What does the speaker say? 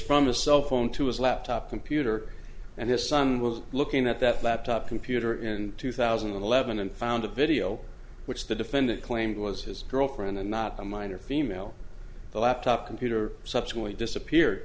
from the cell phone to his laptop computer and his son was looking at that laptop computer in two thousand and eleven and found a video which the defendant claimed was his girlfriend and not a minor female the laptop computer